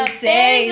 say